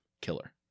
killer